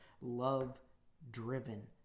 love-driven